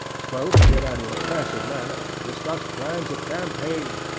spoke in an impressive manner, discussed plans of campaign,